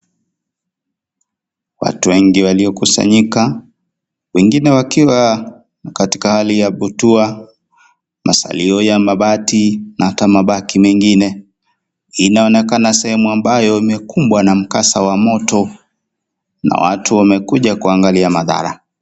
Watu wengi waliokusanyika wengine wakiwa katika hali ya butwaa masalio ya mabati na hata mabaki mengine inaonekana sehemu ambayo imekumbwa na mkasa wa moto na watu wamekuja kuangalia madhara.